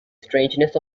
strangeness